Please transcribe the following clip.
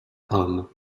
hommes